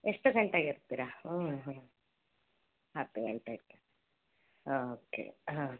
ಎಷ್ಟು ಗಂಟೆಗೆ ಇರ್ತೀರ ಹ್ಞೂ ಹತ್ತು ಗಂಟೆಗೆ ಹಾಂ ಓಕೆ ಹಾಂ